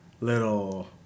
little